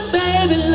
baby